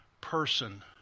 person